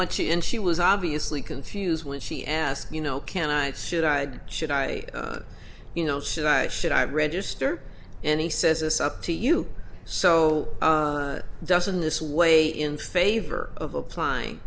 you and she was obviously confused when she asked you know can i should i should i you know should i should i register and he says this up to you so doesn't this way in favor of applying